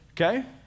Okay